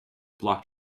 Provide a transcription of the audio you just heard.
blocked